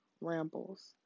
rambles